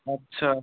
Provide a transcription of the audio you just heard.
अच्छा